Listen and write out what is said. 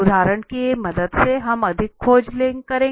इसलिए उदाहरणों की मदद से हम अधिक खोज करेंगे